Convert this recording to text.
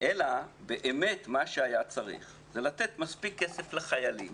אלא באמת מה שהיה צריך זה לתת מספיק כסף לחיילים